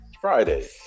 Friday